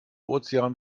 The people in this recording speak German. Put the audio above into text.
ozean